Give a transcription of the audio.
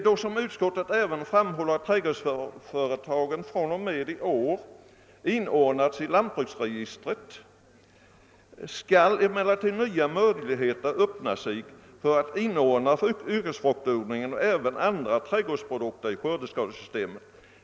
Då, som utskottet även framhåller, trädgårdsföretagen fr.o.m. i år inordnas i lantbruksregistret öppnar sig emellertid nya möjligheter att få med den yrkesmässiga fruktodlingen och även odling av andra trädgårdsprodukter i skördeskadesystemet.